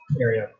area